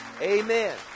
Amen